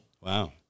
Wow